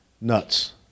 nuts